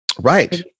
right